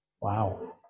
Wow